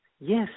yes